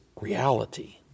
reality